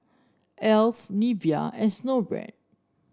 Alf Nivea and Snowbrand